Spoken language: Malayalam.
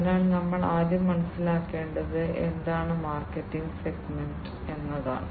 അതിനാൽ നമ്മൾ ആദ്യം മനസ്സിലാക്കേണ്ടത് എന്താണ് മാർക്കറ്റ് സെഗ്മെന്റ് എന്നതാണ്